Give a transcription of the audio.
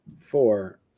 four